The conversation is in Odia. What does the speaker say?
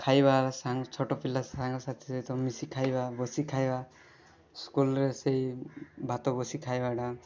ଖାଇବା ସାଙ୍ଗ ଛୋଟପିଲା ସାଙ୍ଗସାଥିରେ ମିଶିଖାଇବା ବସିଖାଇବା ସ୍କୁଲ୍ରେ ସେଇ ଭାତ ବସି ଖାଇବାଟା